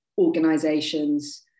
organizations